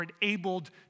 enabled